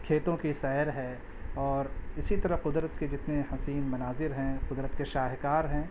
کھیتوں کی سیر ہے اور اسی طرح قدرت کے جتنے حسین مناظر ہیں قدرت کے شاہکار ہیں